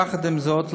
יחד עם זאת,